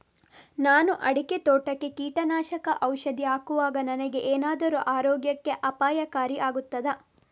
ನಾನು ಅಡಿಕೆ ತೋಟಕ್ಕೆ ಕೀಟನಾಶಕ ಔಷಧಿ ಹಾಕುವಾಗ ನನಗೆ ಏನಾದರೂ ಆರೋಗ್ಯಕ್ಕೆ ಅಪಾಯಕಾರಿ ಆಗುತ್ತದಾ?